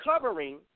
covering